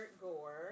Gore